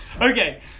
Okay